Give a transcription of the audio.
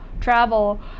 travel